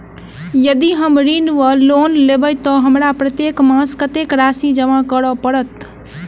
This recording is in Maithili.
यदि हम ऋण वा लोन लेबै तऽ हमरा प्रत्येक मास कत्तेक राशि जमा करऽ पड़त?